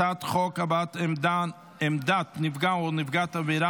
הצעת חוק הבעת עמדת נפגע או נפגעת עבירה